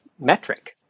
metric